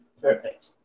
Perfect